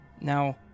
Now